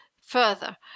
further